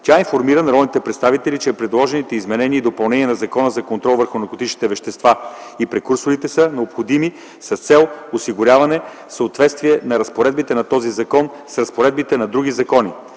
Тя информира народните представители, че предложените изменения и допълнения на Закона за контрол върху наркотичните вещества и прекурсорите са необходими с цел осигуряване на съответствието на разпоредбите на този закон с разпоредбите на други закони.